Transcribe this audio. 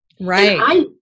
Right